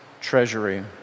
treasury